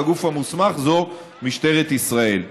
והגוף המוסמך זה משטרת ישראל.